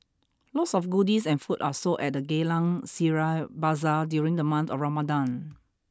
lots of goodies and food are sold at the Geylang Serai Bazaar during the month of Ramadan